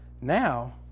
Now